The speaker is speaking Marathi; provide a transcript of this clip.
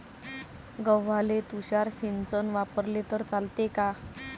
गव्हाले तुषार सिंचन वापरले तर चालते का?